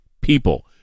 people